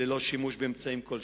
ללא שימוש באמצעים כלשהם.